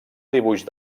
dibuix